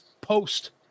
post